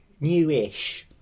new-ish